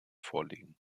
vorlegen